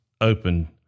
open